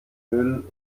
müll